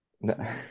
No